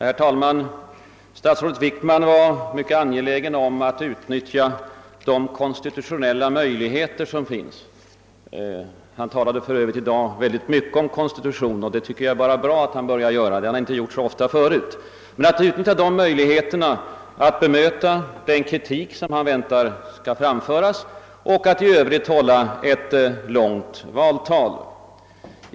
Herr talman! Statsrådet Wickman var mycket angelägen om att utnyttja de konstitutionella möjligheterna att bemöta den kritik som han väntar skall framföras och att i övrigt hålla ett långt valtal. I dag talade han för övrigt mycket om konstitutionen, och det tycker jag är bra, eftersom han inte gjort det så ofta förut.